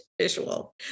visual